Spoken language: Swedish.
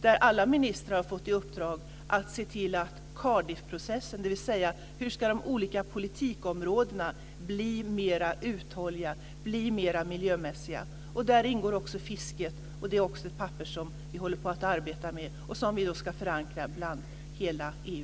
Där har alla ministrar fått i uppdrag att se till Cardiffprocessen, dvs.: Hur ska de olika politikområdena bli mera uthålliga, bli mera miljömässiga? Där ingår också fisket. Det är också ett papper som vi håller på att arbeta med och som vi ska förankra i hela EU.